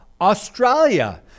Australia